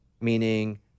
meaning